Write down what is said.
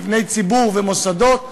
מבני ציבור ומוסדות.